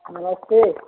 नमस्ते